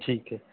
ਠੀਕ ਹੈ